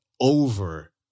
over